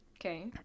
Okay